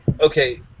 okay